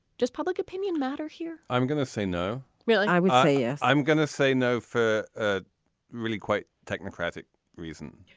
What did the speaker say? just public opinion matter here i'm going to say no, really? i would say yeah i'm going to say no for a really quite technocratic reason,